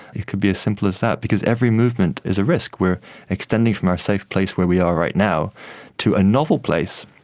it could be as simple as that because every movement is a risk extending from our safe place where we are right now to a novel place,